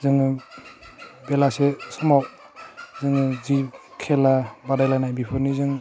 जोङो बेलासे समाव जोङो जि खेला बादायलाइनाय बेफोरनि जों